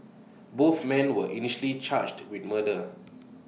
both men were initially charged with murder